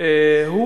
הוא